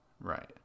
Right